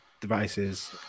devices